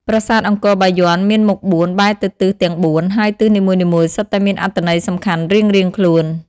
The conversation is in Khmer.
ប្រាសាទអង្គរបាយ័នមានមុខបួនបែរទៅទិសទាំងបួន ហើយទិសនីមួយៗសុទ្ធតែមានអត្ថន័យសំខាន់រៀងៗខ្លួន។